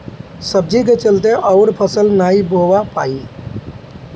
सब्जी के चलते अउर फसल नाइ बोवा पाई